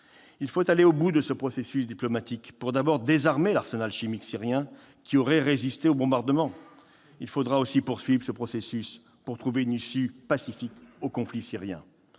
Il faut aller au bout de ce processus diplomatique pour d'abord désarmer l'arsenal chimique syrien qui aurait résisté aux bombardements. Il faudra aussi poursuivre ce processus pour trouver une issue pacifique au conflit syrien.